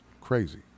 crazy